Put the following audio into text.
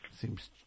Seems